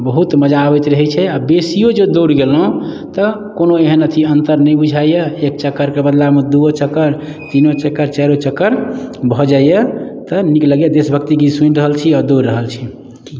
बहुत मजा अबैत रहै छै आओर बेसियौ जे दौड़ि गेलहुँ तऽ कोनो एहन अथि अन्तर नहि बुझाइया एक चक्करके बदलामे दुओ चक्कर तीनो चक्कर चारिओ चक्कर भऽ जाइया तऽ नीक लगैया देशभक्ति गीत सुनि रहल छी आ दौड़ रहल छी